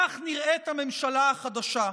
כך נראית הממשלה החדשה,